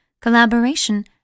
collaboration